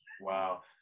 Wow